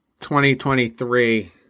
2023